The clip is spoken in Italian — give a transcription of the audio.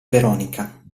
veronica